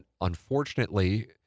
unfortunately